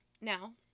Now